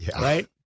Right